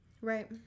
Right